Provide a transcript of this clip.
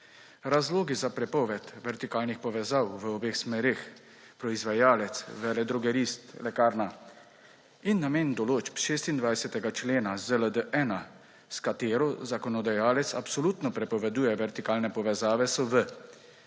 Razlogi za prepoved vertikalnih povezav v obeh smereh, proizvajalec–veledrogerist–lekarna, in namen določb 26. člena ZLD-1, s katero zakonodajalec absolutno prepoveduje vertikalne povezave, so v